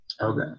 okay